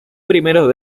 primeros